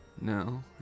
No